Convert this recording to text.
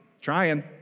Trying